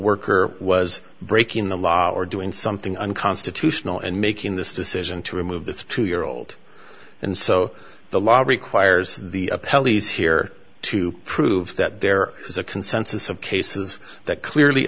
worker was breaking the law or doing something unconstitutional and making this decision to remove the two year old and so the law requires the pelleas here to prove that there is a consensus of cases that clearly